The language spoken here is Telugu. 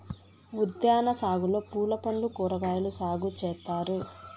ఉద్యాన సాగులో పూలు పండ్లు కూరగాయలు సాగు చేత్తారు